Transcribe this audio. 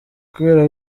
kubera